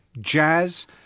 jazz